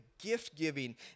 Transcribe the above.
gift-giving